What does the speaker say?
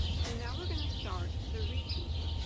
so now we're going to start the repeat